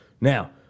Now